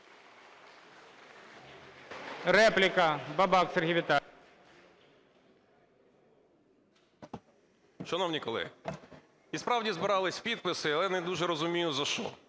Репліка – Бабак Сергій Віталійович.